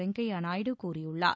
வெங்கையா நாயுடு கூறியுள்ளார்